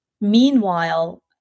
Meanwhile